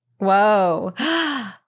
Whoa